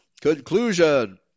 Conclusion